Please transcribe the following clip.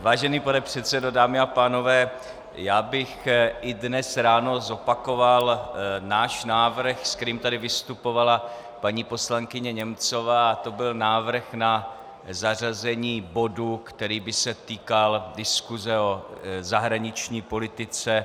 Vážený pane předsedo, dámy a pánové, já bych i dnes ráno zopakoval náš návrh, s kterým tady vystupovala paní poslankyně Němcová, to byl návrh na zařazení bodu, který by se týkal diskuse o zahraniční politice.